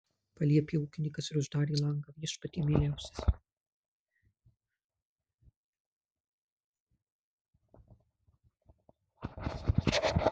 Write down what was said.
paliepė ūkininkas ir uždarė langą viešpatie mieliausias